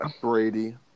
Brady